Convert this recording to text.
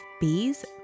bees